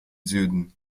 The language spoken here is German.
süden